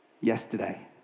Yesterday